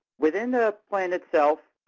within the plan itself,